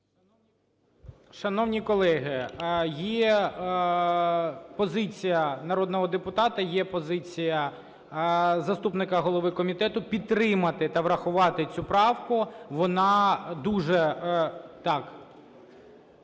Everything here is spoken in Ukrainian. Шановні колеги, є позиція народного депутата, є позиція заступника голови комітету: підтримати та врахувати цю правку. Вона дуже...